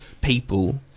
people